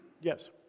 Yes